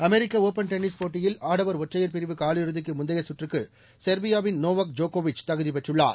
அமெரிக்க open tennis போட்டியில் ஆடவர் ஒற்றையர் பிரிவு காலிறுதிக்கு முந்தைய சுற்றுக்கு செர்பியாவின் நோவோக் ஜோக்கோவிச் தகுதி பெற்றுள்ளார்